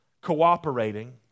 cooperating